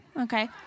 okay